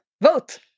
vote